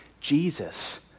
Jesus